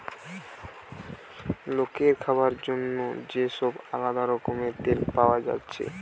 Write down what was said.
লোকের খাবার জন্যে যে সব আলদা রকমের তেল পায়া যাচ্ছে